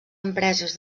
empreses